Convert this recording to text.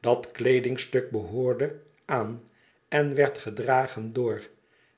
dat kleedingstuk behoorde aan en werd gedragen door